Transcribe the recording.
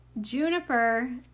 Juniper